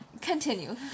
Continue